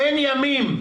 אין ימים,